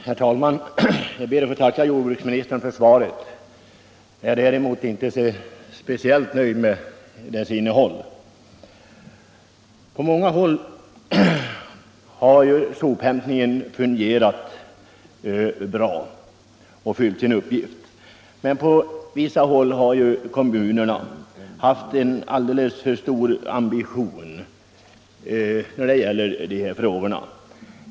Herr talman! Jag ber att få tacka jordbruksministern för svaret, även om jag inte är speciellt nöjd med dess innehåll. På många håll har sophämtningen fungerat bra och fyllt sin uppgift, men i vissa fall har kommunerna haft en alldeles för stor ambition i de här frågorna.